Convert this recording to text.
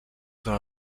són